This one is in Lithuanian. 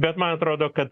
bet man atrodo kad